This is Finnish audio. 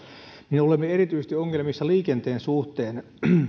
niin olemme ongelmissa erityisesti liikenteen suhteen